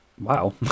Wow